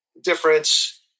difference